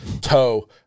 toe